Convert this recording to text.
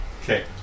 Okay